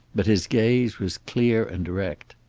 but his gaze was clear and direct.